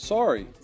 Sorry